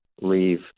leave